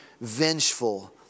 vengeful